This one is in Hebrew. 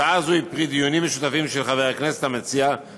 הצעה זו היא פרי דיונים משותפים של חברי הכנסת המציעים